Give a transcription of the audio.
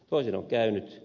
toisin on käynyt